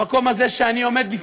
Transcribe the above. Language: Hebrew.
המקום הזה שאני עומד בו,